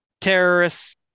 terrorists